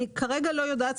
אני כרגע לא יודעת.